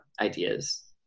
ideas